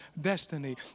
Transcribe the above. destiny